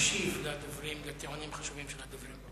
ויקשיב לטיעונים חשובים של הדוברים.